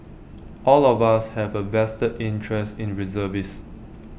all of us have A vested interest in reservist